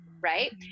right